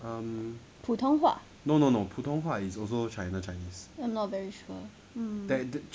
普通话 I'm not very sure mm